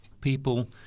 people